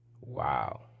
Wow